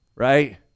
right